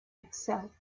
itself